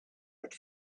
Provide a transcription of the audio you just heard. had